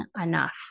enough